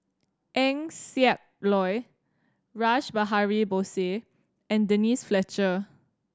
Eng Siak Loy Rash Behari Bose and Denise Fletcher